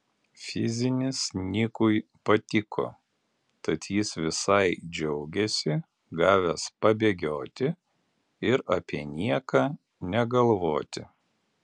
fizinis nikui patiko tad jis visai džiaugėsi gavęs pabėgioti ir apie nieką negalvoti